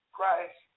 Christ